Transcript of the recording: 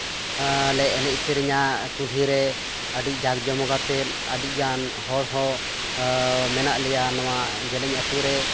ᱞᱮ ᱮᱱᱮᱡ ᱥᱮᱨᱧᱟ ᱠᱩᱞᱦᱤ ᱨᱮ ᱟᱹᱰᱤ ᱡᱟᱸᱠ ᱡᱚᱢᱚᱠᱟᱛᱮ ᱟᱹᱰᱤᱜᱟᱱ ᱦᱚᱲ ᱦᱚᱸ ᱢᱮᱱᱟᱜ ᱞᱮᱭᱟ ᱱᱚᱣᱟ ᱡᱮᱞᱮᱧ ᱟᱛᱳ ᱨᱮ